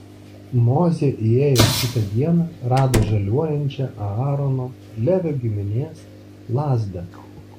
mozė įėjęs kitą dieną rado žaliuojančią aarono levio giminės lazdą